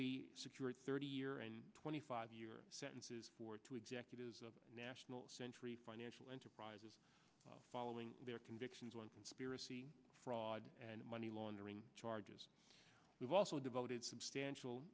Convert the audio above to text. we thirty year and twenty five year sentences for two executives of national century financial enterprises following their convictions on spirit fraud and money laundering charges we've also devoted substantial